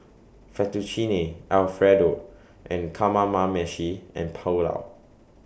Fettuccine Alfredo and Kamameshi and Pulao